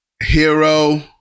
Hero